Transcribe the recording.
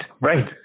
right